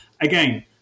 Again